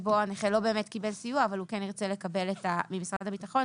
סיוע שנתי במענק לתשלום דמי ביטוח בעד